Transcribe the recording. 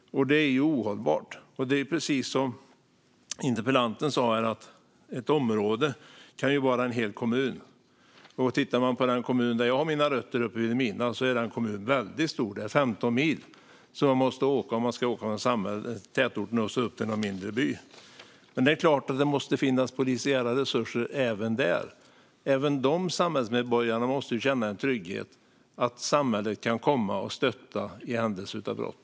Det är ohållbart. Precis som interpellanten sa kan ett område vara en hel kommun. Jag har mina rötter i Vilhelmina, och den kommunen är väldigt stor. Man kan behöva åka 15 mil om man ska från tätorten till någon mindre by. Det är klart att det måste finnas polisiära resurser även där. Även de samhällsmedborgarna måste känna en trygghet att samhället kan komma och stötta i händelse av brott.